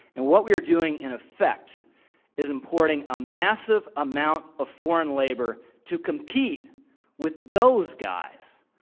and what we are doing in effect is importing a massive amount of foreign labor to compete with those guys.